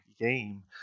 game